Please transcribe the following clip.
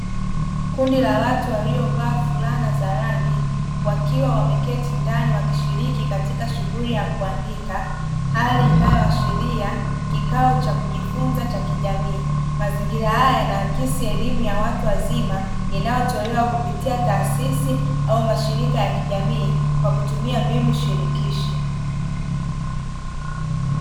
Kundi la watu waliovaa fulana za rangi ,wakiwa wameketi ndani wakishiriki katika shughuri ya kuandika , hali inayoashiria kikao cha kujifunza cha kijamii mazingira haya yanaakisi elimu ya watu wazima inayotolewa kupitia taasisi au mashrika ya kijamii, kwa kutumia mbinu shirikishi.